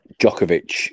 djokovic